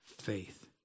faith